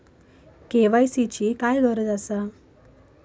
KYC ची काय गरज आसा?